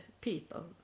people